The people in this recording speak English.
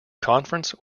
conference